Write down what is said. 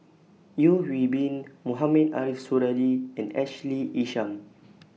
Yeo Hwee Bin Mohamed Ariff Suradi and Ashley Isham